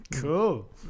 cool